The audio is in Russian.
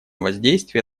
воздействие